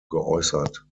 geäußert